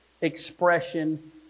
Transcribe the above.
expression